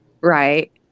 Right